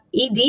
ED